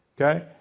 Okay